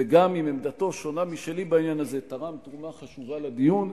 וגם אם עמדתו שונה משלי בעניין הזה הוא תרם תרומה חשובה לדיון.